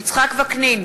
יצחק וקנין,